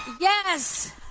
Yes